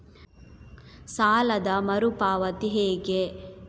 ಸಾಲದ ಮರು ಪಾವತಿ ಹೇಗೆ?